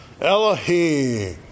Elohim